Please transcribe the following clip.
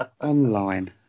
online